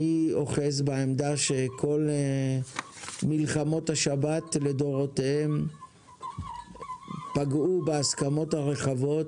אני אוחז בעמדה שכל מלחמות השבת לדורותיהן פגעו בהסכמות הרחבות